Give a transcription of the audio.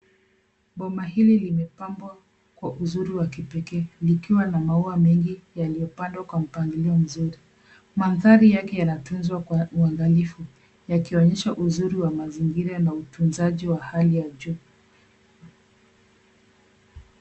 Boma hili limetunzwa Kwa uzuri wa kipekee likiwa na maua mengi yaliyopangwa kwa mpangilio mzuri. Mandhari yake yanatunzwa Kwa uangalifu yakionyesha uzuri wa mazingira na utunzaji wa hali ya juu.